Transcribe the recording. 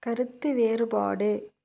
கருத்து வேறுபாடு